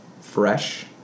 fresh